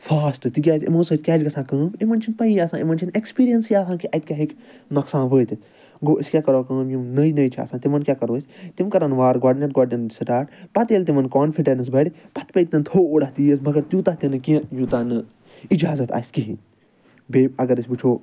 فاسٹہٕ تِکیازِ اِمَو سۭتۍ کیٛاہ چھِ گژھان کٲم یِمَن چھُنہٕ پَیی آسان یِمَن چھَنہٕ ایٚکٕسپیٖریَنسٕے آسان کہِ اَتہِ کیٛاہ ہیٚکہِ نۄقصان وٲتِتھ گوٚو أسۍ کیٛاہ کرو کٲم یِم نٔے نٔے چھِ آسان تِمَن کیٛاہ کرو أسۍ تِم کرن وارٕ گۄڈٕنیٚتھ گۄڈٕنیٚتھ سِٹارٹ پَتہٕ ییٚلہِ تِمَن کوانفِڈیٚنٕس بَڑِ پَتہٕ پٔکۍ تَن تھوڑا تیز مَگر تیٛوٗتاہ تہِ نہٕ کیٚنٛہہ یوٗتاہ نہٕ اجازت آسہِ کِہیٖنۍ بیٚیہِ اَگر أسۍ وُچھو